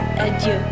Adieu